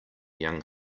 young